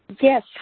Yes